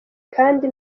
kandi